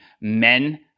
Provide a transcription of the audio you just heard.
men